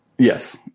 Yes